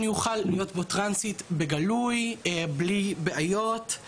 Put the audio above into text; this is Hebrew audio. אוכל להיות בו טרנסית בגלוי בלי בעיות.